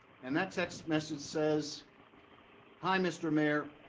and that text message says hi mr. mayor,